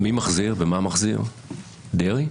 מי מחזיר ומה מחזיר, דרעי?